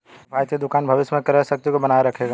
किफ़ायती दुकान भविष्य में क्रय शक्ति को बनाए रखेगा